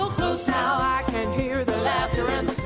now i can hear the laughter and